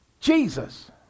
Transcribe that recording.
Jesus